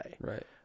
Right